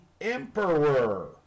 emperor